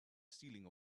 stealing